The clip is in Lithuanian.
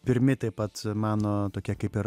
pirmi taip pat mano tokie kaip ir